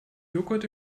joghurt